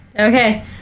Okay